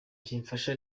kimfasha